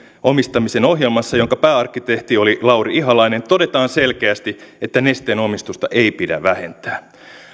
omistamisen ohjelmassa jonka pääarkkitehti oli lauri ihalainen todetaan selkeästi että nesteen omistusta ei pidä vähentää